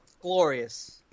Glorious